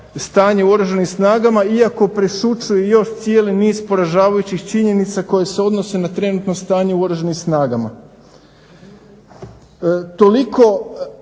u Oružanim snagama iako prešućuje i još cijeli niz poražavajućih činjenica koje se odnose na trenutno stanje u Oružanim snagama. Toliko